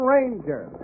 Ranger